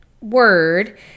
word